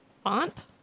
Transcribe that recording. font